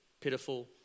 pitiful